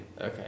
okay